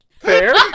Fair